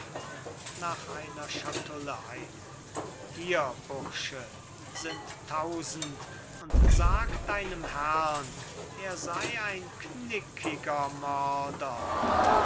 nach einer schatulle eilend hier bursche sind tausend und sag deinem herrn er sei ein knickiger mörder